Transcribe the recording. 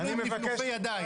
נפנופי ידיים.